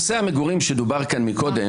נושא המגורים שדובר כאן קודם,